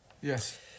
Yes